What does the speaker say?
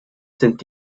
sind